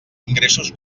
ingressos